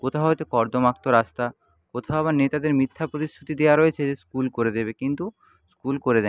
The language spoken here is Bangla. কোথাও হয়তো কর্দমাক্ত রাস্তা কোথাও বা নেতাদের মিথ্যা প্রতিশ্রুতি দেওয়া রয়েছে যে স্কুল করে দেবে কিন্তু স্কুল করে দেয়নি